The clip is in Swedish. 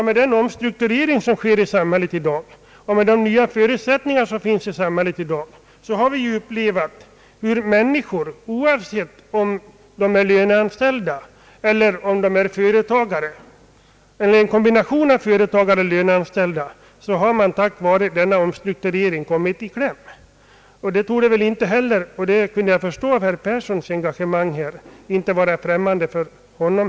Med den omstrukturering som sker i dagens samhälle och med de nya förutsättningar som finns har vi upplevt hur människor, oavsett om de är löneanställda eller företagare eller en kombination av företagare och löneanställda, på grund av denna omstrukturering kommit i kläm. Detta torde inte heller, vilket jag kunde förstå av herr Yngve Perssons yttrande, vara främmande för honom.